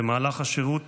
במהלך השירות